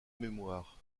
mémoire